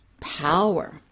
power